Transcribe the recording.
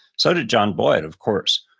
so did john boyd of course,